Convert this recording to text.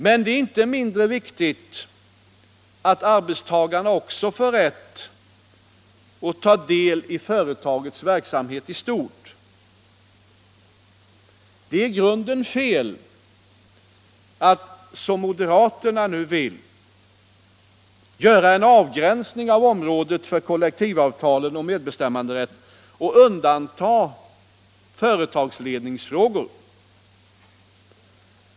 Men inte mindre viktigt är att arbetstagarna också får rätt att ta del i företagets verksamhet i stort. Det är i grunden fel att, som moderaterna nu vill, göra en avgränsning av området för kollektivavtal och medbestämmanderätt och undanta företagsledningsfrågor.